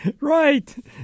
Right